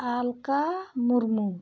ᱟᱞᱠᱟ Murmu